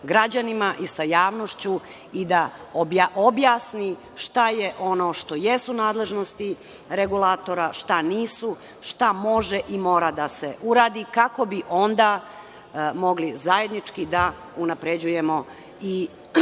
i sa javnošću i da objasni šta je ono što jesu nadležnosti regulatora, šta nisu, šta može i mora da se uradi kako bi onda mogli zajednički da unapređujemo i